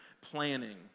planning